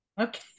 Okay